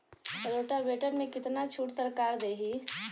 Rotavator में कितना छूट सरकार देही?